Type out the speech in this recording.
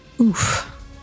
Oof